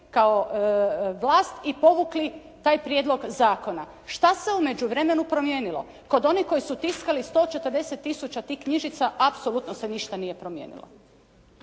kao vlast i povukli taj prijedlog zakona. Šta se u međuvremenu promijenilo? Kod onih koji su tiskali 140 tisuća tih knjižica apsolutno se ništa nije promijenilo.